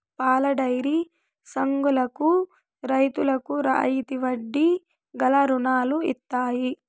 పాలడైరీ సంఘాలకు రైతులకు రాయితీ వడ్డీ గల రుణాలు ఇత్తయి